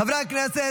חברי הכנסת,